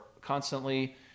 constantly